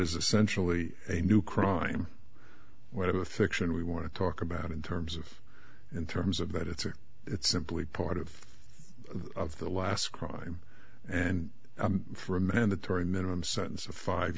is essentially a new crime whether the fiction we want to talk about in terms of in terms of that it's or it's simply part of of the last crime and for a mandatory minimum sentence of five